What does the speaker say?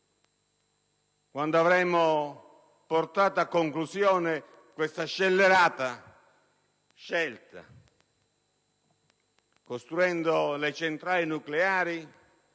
quando avremo portato a conclusione questa scelta scellerata, costruendo le centrali nucleari